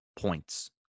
points